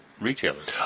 retailers